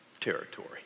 territory